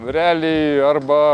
realiai arba